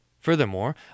Furthermore